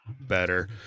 better